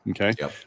okay